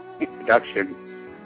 introduction